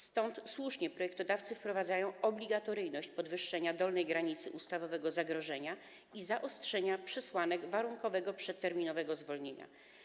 Stąd słusznie projektodawcy wprowadzają obligatoryjność podwyższenia dolnej granicy ustawowego zagrożenia i zaostrzenie przesłanek warunkowego przedterminowego zwolnienia.